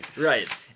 right